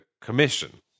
Commission